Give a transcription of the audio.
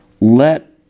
Let